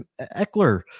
Eckler